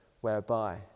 whereby